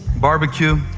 barbecue.